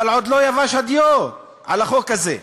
אבל עוד לא יבשה הדיו על החוק הזה,